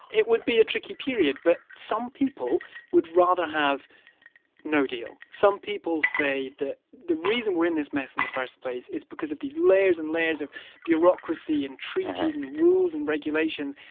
it would be a tricky period. but some people would rather have no deal. some people say that the reason we're in this mess in the first place is because of these layers and layers of bureaucracy and treaties and rules and regulations.